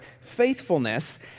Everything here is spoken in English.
faithfulness